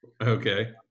Okay